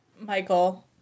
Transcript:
michael